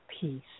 peace